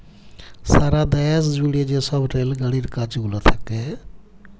সারা দ্যাশ জুইড়ে যে ছব রেল গাড়ির কাজ গুলা থ্যাকে